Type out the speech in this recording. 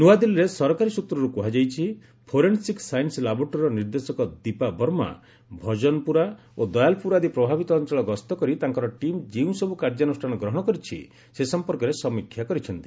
ନୂଆଦିଲ୍ଲୀରେ ସରକାରୀ ସୂତ୍ରରୁ କୁହାଯାଇଛି ଫୋରେନ୍ସିକ୍ ସାଇନ୍ସ ଲାବୋରୋଟରୀର ନିର୍ଦ୍ଦେଶକ ଦୀପା ବର୍ମା ଭଜନପୁରା ଓ ଦୟାଲପୁର ଆଦି ପ୍ରଭାବିତ ଅଞ୍ଚଳ ଗସ୍ତ କରି ତାଙ୍କର ଟିମ୍ ଯେଉଁସବୁ କାର୍ଯ୍ୟାନୁଷାନ ଗ୍ରହଣ କରିଛି ସେ ସମ୍ପର୍କରେ ସମୀକ୍ଷା କରିଛନ୍ତି